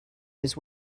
his